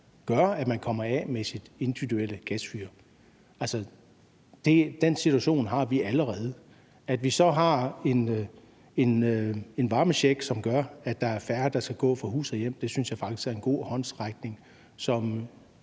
gøre, at man kommer af med sit individuelle gasfyr. Altså, den situation har vi allerede. At vi så har en varmecheck, som gør, at der er færre, der skal gå fra hus og hjem, synes jeg faktisk er en god håndsrækning, som